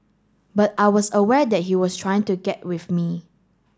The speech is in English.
but I was aware that he was trying to get with me